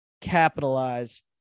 capitalize